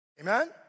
Amen